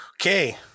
Okay